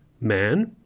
man